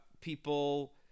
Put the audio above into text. people